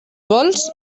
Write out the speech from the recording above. vols